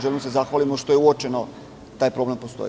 Želim da se zahvalim što je uočeno da takav problem postoji.